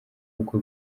ubukwe